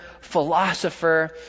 philosopher